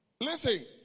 Listen